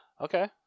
Okay